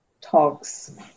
talks